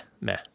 Meh